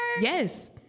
yes